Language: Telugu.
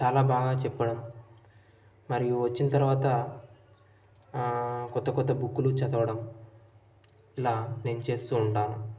చాలా బాగా చెప్పడం మరియు వచ్చిన తర్వాత కొత్త కొత్త బుక్కులు చదవడం ఇలా నేను చేస్తు ఉంటాను